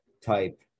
type